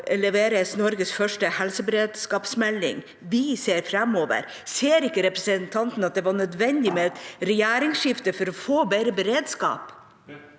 Norges første helseberedskapsmelding. Vi ser framover. Ser ikke representanten at det var nødvendig med et regjeringsskifte for å få bedre beredskap?